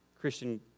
Christian